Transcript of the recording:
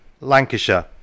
Lancashire